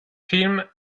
film